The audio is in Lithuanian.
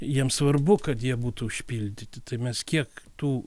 jiem svarbu kad jie būtų užpildyti tai mes kiek tų